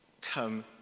come